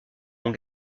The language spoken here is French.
ont